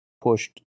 pushed